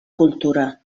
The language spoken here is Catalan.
cultura